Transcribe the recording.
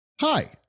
Hi